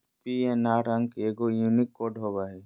PNR अंक एगो unique code होबो हइ